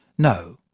no.